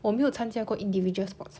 我没有参加过 individual sports